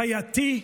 חייתי,